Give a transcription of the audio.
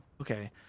Okay